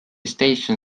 station